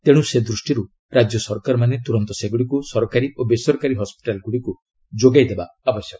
ତେଣୁ ସେ ଦୃଷ୍ଟିରୁ ରାଜ୍ୟ ସରକାରମାନେ ତୁରନ୍ତ ସେଗୁଡ଼ିକୁ ସରକାରୀ ଓ ବସରକାରୀ ହସ୍କିଟାଲ୍ ଗୁଡ଼ିକୁ ଯୋଗାଇଦେବା ଆବଶ୍ୟକ